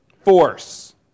Force